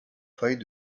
failles